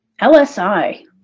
LSI